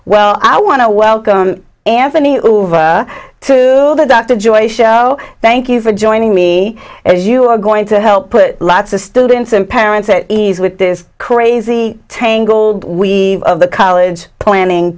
well i want to welcome anthony over to the dr joy show thank you for joining me as you are going to help put lots of students and parents at ease with this crazy tangle we are of the college planning